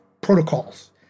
protocols